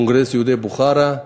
"קונגרס יהודי בוכרה",